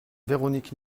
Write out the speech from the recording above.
véronique